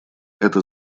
это